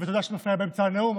ותודה שאת מפריעה באמצע הנאום,